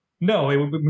No